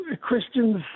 Christians